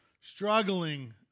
struggling